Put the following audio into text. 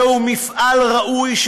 זהו מפעל ראוי,